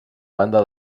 banda